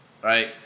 right